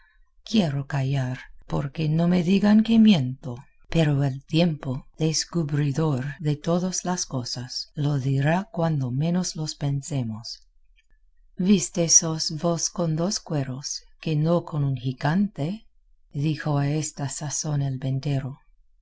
quiero callar porque no me digan que miento pero el tiempo descubridor de todas las cosas lo dirá cuando menos lo pensemos vístesos vos con dos cueros que no con un gigante dijo a esta sazón el ventero